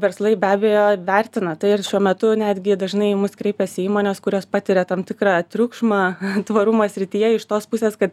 verslai be abejo vertina tai ir šiuo metu netgi dažnai į mus kreipiasi įmonės kurios patiria tam tikrą triukšmą tvarumo srityje iš tos pusės kad